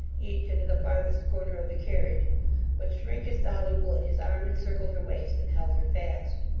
each into the farthest corner of the carriage but shrink as dolly would, his arm encircled her waist, and held her fast.